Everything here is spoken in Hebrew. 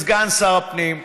סגן שר הפנים,